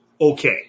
Okay